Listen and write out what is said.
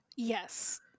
yes